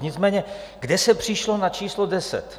Nicméně kde se přišlo na číslo deset?